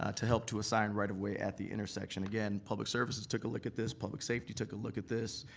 ah to help to assign right of way at the intersection. again, public services took a look at this, public safety took a look at this.